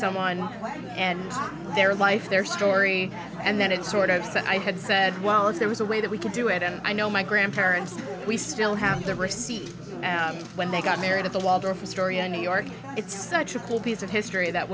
someone and their life their story and then it sort of said i had said well if there was a way that we could do it and i know my grandparents we still have the receipt now when they got married at the waldorf astoria in new york it's such a cool piece of history that